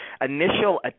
initial